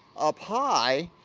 up high,